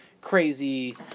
crazy